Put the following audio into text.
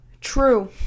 True